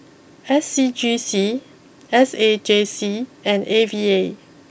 S C G C S A J C and A V A